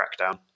Crackdown